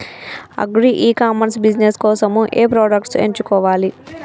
Agri e commerce business కోసము ఏ products ఎంచుకోవాలి?